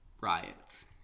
riots